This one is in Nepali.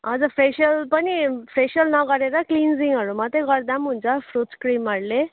हजुर फेसियल पनि फेसियल नगरेर क्लिन्जिङहरू मात्रै गर्दा पनि हुन्छ फ्रुट्स क्रिमहरूले